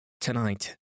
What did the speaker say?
Tonight